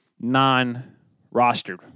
non-rostered